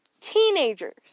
teenagers